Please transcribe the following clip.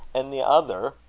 and the other?